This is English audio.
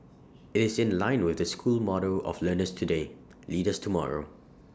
IT is in line with the school motto of learners today leaders tomorrow